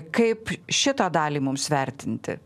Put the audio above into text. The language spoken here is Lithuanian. kaip šitą dalį mums vertinti